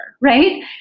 right